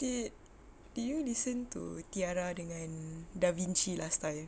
did did you listen to T-ara dengan davichi last time